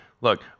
look